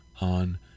on